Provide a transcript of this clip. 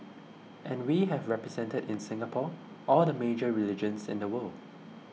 and we have represented in Singapore all the major religions in the world